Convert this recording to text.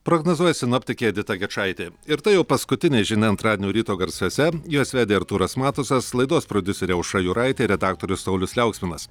prognozuoja sinoptikė edita gečaitė ir tai jau paskutinė žinia antradienio ryto garsuose juos vedė artūras matusas laidos prodiuserė aušra juraitė redaktorius saulius liauksminas